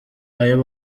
ayo